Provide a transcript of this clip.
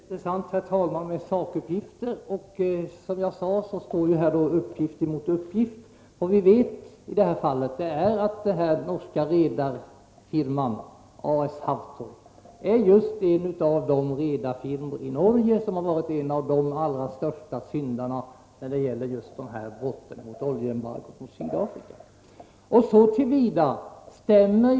Herr talman! Det är intressant med sakuppgifter. Som jag sade, står här uppgift mot uppgift. Vad vi vet i det här fallet är att den norska redarfirman A/S Haftol är en av de redarfirmor i Norge som har varit de allra största syndarna när det gäller just brott mot oljeembargot mot Sydafrika.